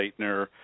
Leitner